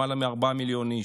למעלה מארבעה מיליון איש.